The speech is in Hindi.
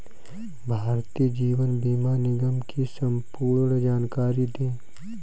भारतीय जीवन बीमा निगम की संपूर्ण जानकारी दें?